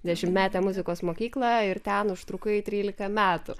dešimtmetę muzikos mokyklą ir ten užtrukai trylika metų